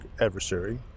adversary